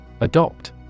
Adopt